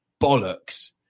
bollocks